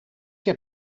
heb